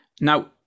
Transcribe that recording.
Now